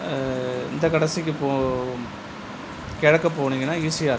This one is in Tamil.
இந்த கடைசிக்கி போகும் கிழக்கு போனீங்கனா இசிஆர்